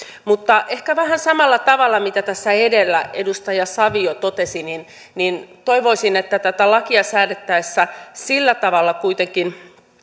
mutta ehkä vähän samalla tavalla kuin tässä edellä edustaja savio totesi toivoisin että tätä lakia säädettäessä kuitenkin